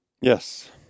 yes